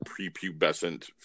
prepubescent